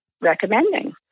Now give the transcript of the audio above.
recommending